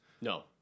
No